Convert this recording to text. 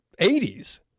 80s